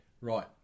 Right